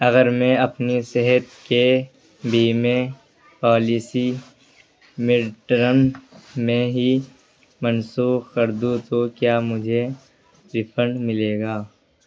اگر میں اپنی صحت کے بیمے پالیسی مڈ ٹرم میں ہی منسوخ کر دوں تو کیا مجھے ریفنڈ ملے گا